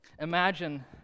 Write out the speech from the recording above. Imagine